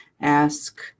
ask